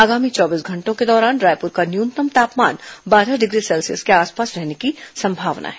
आगामी चौबीस घंटों के दौरान रायपुर का न्यूनतम तापमान बारह डिग्री सेल्सियस के आसपास रहने की संभावना है